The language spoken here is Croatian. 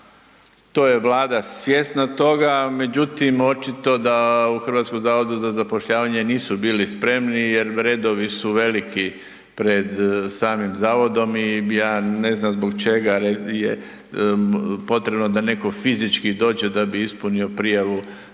To je Vlada svjesna toga. Međutim, očito da u Hrvatskom zavodu za zapošljavanje nisu bili spremni jer redovi su veliki pred samim zavodom i ja ne znam zbog čega je potrebno da netko fizički dođe da bi ispunio prijavu